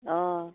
অঁ